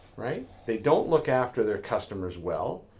right? they don't look after their customers well,